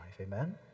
Amen